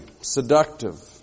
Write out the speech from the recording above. seductive